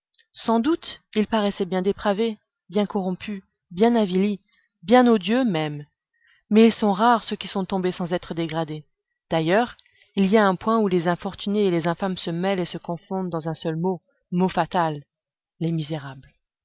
sans doute ils paraissaient bien dépravés bien corrompus bien avilis bien odieux même mais ils sont rares ceux qui sont tombés sans être dégradés d'ailleurs il y a un point où les infortunés et les infâmes se mêlent et se confondent dans un seul mot mot fatal les misérables